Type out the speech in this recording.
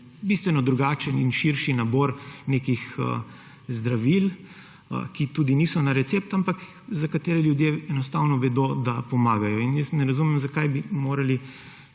bistveno drugačen in širši nabor nekih zdravil, ki tudi niso na recept, ampak za katere ljudje enostavno vedo, da pomagajo. Jaz ne razumem, zakaj bi morali